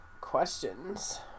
questions